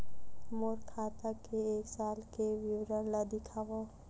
मोर खाता के एक साल के विवरण ल दिखाव?